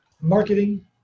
marketing